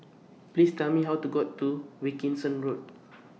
Please Tell Me How to get to Wilkinson Road